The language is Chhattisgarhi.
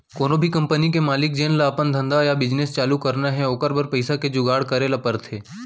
कोनो भी कंपनी के मालिक जेन ल अपन धंधा या बिजनेस चालू करना हे ओकर बर पइसा के जुगाड़ करे ल परथे